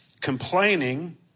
complaining